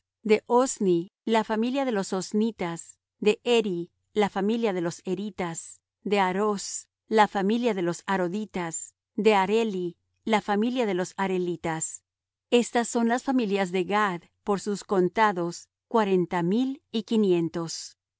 de ozni la familia de los oznitas de eri la familia de los eritas de aroz la familia de los aroditas de areli la familia de los arelitas estas son las familias de gad por sus contados cuarenta mil y quinientos los